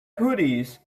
hoodies